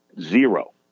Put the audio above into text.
Zero